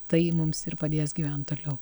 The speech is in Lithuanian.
tai mums ir padės gyvent toliau